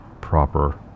proper